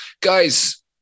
guys